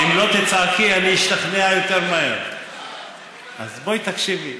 אם לא תצעקי אני אשתכנע יותר מהר, אז בואי תקשיבי.